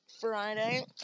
Friday